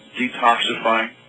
detoxifying